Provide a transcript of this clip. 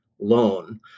loan